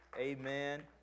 Amen